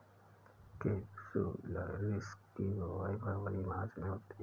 capsularis की बुवाई फरवरी मार्च में होती है